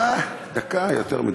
לא, דקה, יותר מדי.